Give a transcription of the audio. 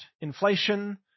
inflation